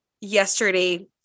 yesterday